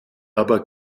aber